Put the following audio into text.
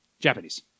Japanese